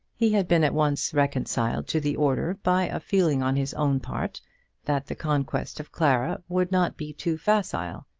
he had been at once reconciled to the order by a feeling on his own part that the conquest of clara would not be too facile.